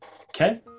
Okay